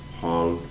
hall